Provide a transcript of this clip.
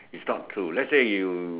it's not true let's say you